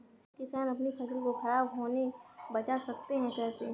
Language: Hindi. क्या किसान अपनी फसल को खराब होने बचा सकते हैं कैसे?